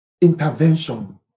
intervention